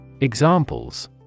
Examples